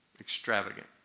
extravagant